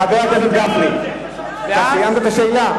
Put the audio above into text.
חבר הכנסת גפני, אתה סיימת את השאלה?